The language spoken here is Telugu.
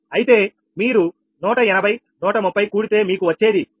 అయితే మీరు 180130 కూడితే మీకు వచ్చేది 310